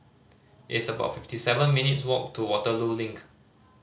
it's about fifty seven minutes' walk to Waterloo Link